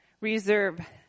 reserve